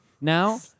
Now